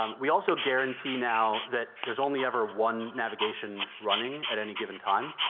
um we also guarantee now that there's only ever one navigation running at any given time.